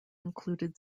included